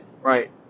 Right